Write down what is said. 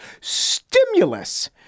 stimulus